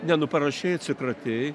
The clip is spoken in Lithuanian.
ne nu parašei atsikratei